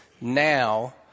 now